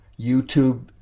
YouTube